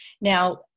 now